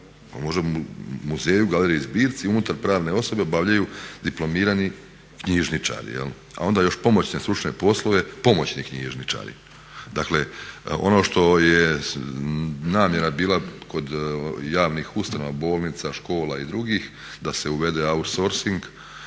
može muzeju, galeriji i zbirci unutar pravne osobe obavljaju diplomirani knjižničari jel'. A onda još pomoćne stručne poslove pomoćni knjižničari. Dakle, ono što je namjera bila kod javnih ustanova, bolnica, škola i drugih da se uvede outsorcing